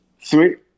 Sweet